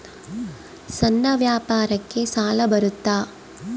ಸಣ್ಣ ವ್ಯಾಪಾರಕ್ಕ ಸಾಲ ಬರುತ್ತಾ?